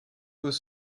was